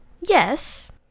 Yes